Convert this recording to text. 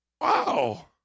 wow